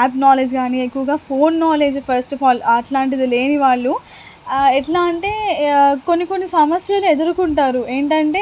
app knowledge గానీ ఎక్కువగా phone knowledge first of all అట్లాంటిది లేని వాళ్ళు ఎట్లా అంటే కొన్ని కొన్ని సమస్యలు ఎదుర్కొంటారు ఏంటంటే